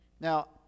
Now